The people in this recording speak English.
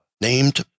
named